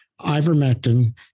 ivermectin